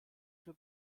für